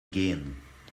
gehen